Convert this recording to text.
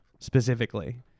specifically